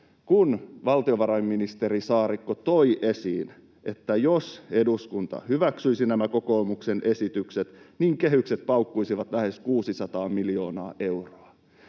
kun valtiovarainministeri Saarikko toi esiin, että jos eduskunta hyväksyisi nämä kokoomuksen esitykset, niin kehykset paukkuisivat lähes 600 miljoonaa euroa.